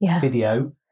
video